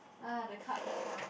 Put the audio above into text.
ah the cards are tough